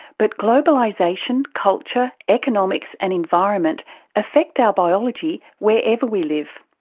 but globalisation, culture, economics and environment affect our biology wherever we live.